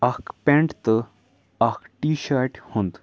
اَکھ پٮ۪نٛٹ تہٕ اَکھ ٹی شاٹہِ ہُنٛد